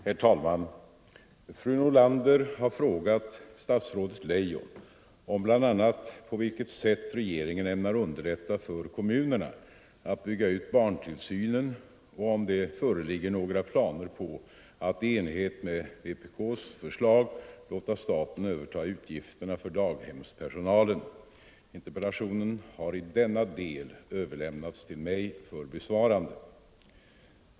Herr talman! Fru Nordlander har frågat statsrådet Leijon om bl.a. på vilket sätt regeringen ämnar underlätta för kommunerna att bygga ut barntillsynen och om det föreligger några planer på att i enlighet med vpk:s förslag låta staten överta utgifterna för daghemspersonalen. Interpellationen har i denna del överlämnats till mig för besvarande.